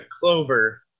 clover